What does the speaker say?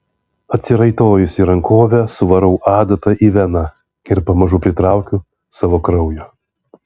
atsiraitojusi rankovę suvarau adatą į veną ir pamažu pritraukiu savo kraujo